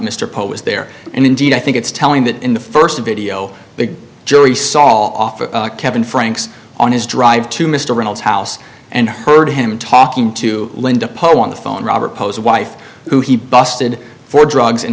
mr pole was there and indeed i think it's telling that in the first video big jury saw off kevin franks on his drive to mr reynolds house and heard him talking to linda poll on the phone robert posed wife who he busted for drugs in